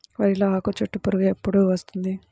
వరిలో ఆకుచుట్టు పురుగు ఎప్పుడు వస్తుంది?